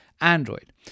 Android